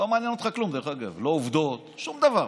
לא מעניין אותך כלום, לא עובדות, שום דבר.